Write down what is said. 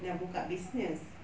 nak buka business